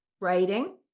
writing